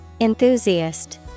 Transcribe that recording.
Enthusiast